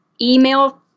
email